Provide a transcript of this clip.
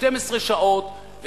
12 שעות,